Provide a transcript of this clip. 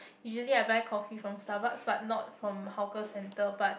usually I buy coffee from Starbucks but not from hawker centre but